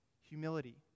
humility